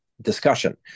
discussion